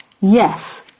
yes